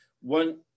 One